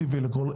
להביא לכל רכב.